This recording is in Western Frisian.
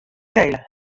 skele